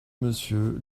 monsieur